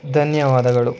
ಧನ್ಯವಾದಗಳು